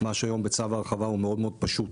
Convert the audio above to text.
מה שהיום בצו ההרחבה הוא מאוד מאוד פשוט.